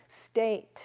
state